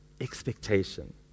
expectation